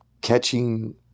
catching